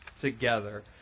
together